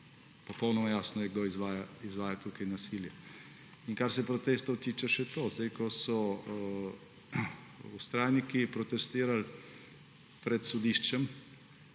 Popolnoma jasno je, kdo izvaja tukaj nasilje. In kar se protestov tiče še to. Ko so vztrajniki protestirali pred sodiščem,